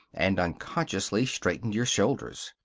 and unconsciously straightened your shoulders.